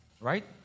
right